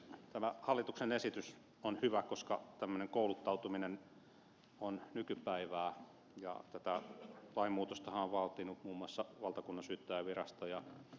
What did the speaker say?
tämä hallituksen esitys on hyvä koska tämmöinen kouluttautuminen on nykypäivää ja tätä lainmuutostahan on vaatinut muun muassa valtakunnansyyttäjänvirasto ja suojelupoliisi